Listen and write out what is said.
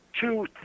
two